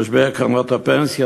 משבר קרנות הפנסיה.